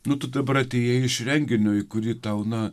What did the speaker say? nu tu dabar atėjai iš renginio į kurį tau na